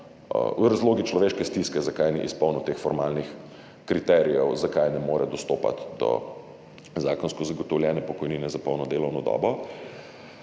razlogi, človeške stiske, zakaj ni izpolnil teh formalnih kriterijev, zakaj ne more dostopati do zakonsko zagotovljene pokojnine za polno delovno dobo,